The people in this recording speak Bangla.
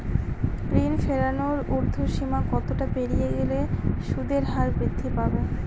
ঋণ ফেরানোর উর্ধ্বসীমা কতটা পেরিয়ে গেলে সুদের হার বৃদ্ধি পাবে?